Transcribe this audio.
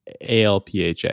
ALPHA